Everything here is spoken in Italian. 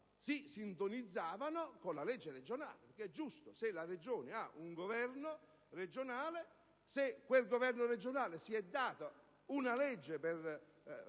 si sintonizzavano con la legge regionale, ed è giusto. Se la Regione ha un governo regionale, se quel governo regionale si è dato una legge per